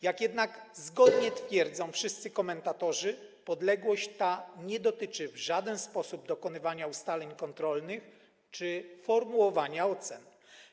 Jak jednak zgodnie twierdzą wszyscy komentatorzy, podległość ta nie dotyczy w żaden sposób dokonywania ustaleń kontrolnych czy formułowania ocen.